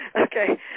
okay